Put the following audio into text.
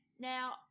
Now